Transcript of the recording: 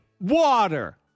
water